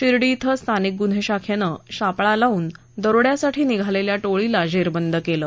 शिर्डी इथं स्थानिक गुन्हे शाखेने सापळा लावून दरोड्यासाठी निघालेल्या टोळीला जेरबंद केलं